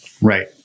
Right